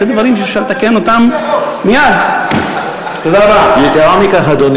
הוא יענה לך מה